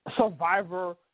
Survivor